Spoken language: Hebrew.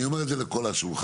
אני אומר את זה לכל השולחן.